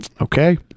Okay